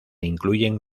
incluyen